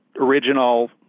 original